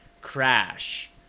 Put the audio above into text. Crash